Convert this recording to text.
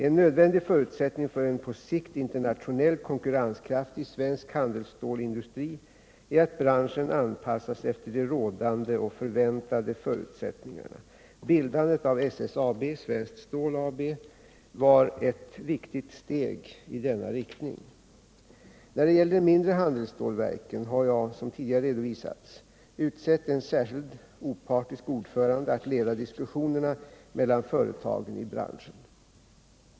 En nödvändig förutsättning för en på sikt internationellt konkurrenskraftig svensk handelsstålsindustri är att branschen anpassas efter de rådande och förväntade förutsättningarna. Bildandet av SSAB - Svenskt Stål AB — var ett viktigt steg i denna riktning. När det gäller de mindre handelsstålsverken har jag —- som tidigare redovisats — utsett en särskild opartisk ordförande att leda diskussionerna mellan företagen i branschen.